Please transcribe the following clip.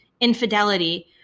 infidelity